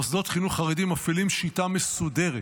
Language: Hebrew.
מוסדות חינוך חרדיים מפעילים שיטה מסודרת